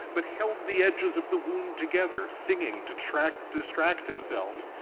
but held the edges of the wound together, singing to distract distract himself.